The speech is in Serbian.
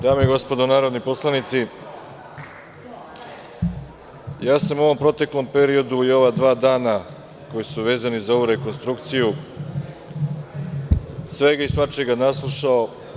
Dame i gospodo narodni poslanici, u proteklom periodu i ova dva dana koja su vezana za rekonstrukciju sam se svega i svačega naslušao.